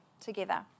together